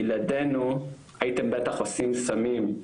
בלעדינו הייתם בטח עושים סמים,